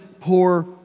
poor